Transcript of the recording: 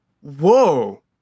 whoa